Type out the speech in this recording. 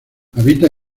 habita